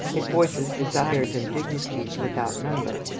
it voices desires and dignities without number,